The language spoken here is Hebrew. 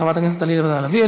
חברת הכנסת עליזה לביא,